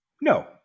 No